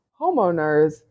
homeowners